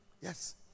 Yes